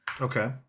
Okay